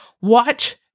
watch